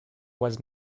was